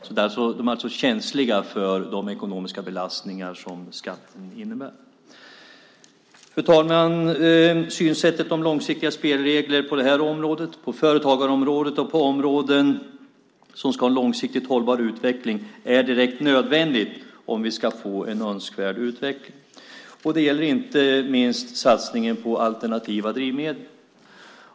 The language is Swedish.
De är alltså känsliga för de ekonomiska belastningar som skatten innebär. Fru talman! Synsättet om långsiktiga spelregler på det här området, på företagarområdet och på områden som ska ha långsiktigt hållbar utveckling är direkt nödvändigt om vi ska få en önskvärd utveckling. Det gäller inte minst satsningen på alternativa drivmedel.